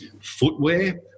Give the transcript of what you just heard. footwear